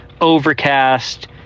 overcast